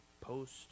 post